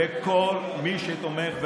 כל מי שתומך,